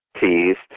teased